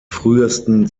frühesten